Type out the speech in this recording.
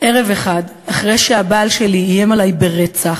ערב אחד, אחרי שהבעל שלי איים עלי ברצח,